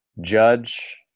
judge